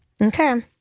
Okay